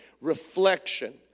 reflection